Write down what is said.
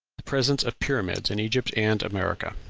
the presence of pyramids in egypt and america.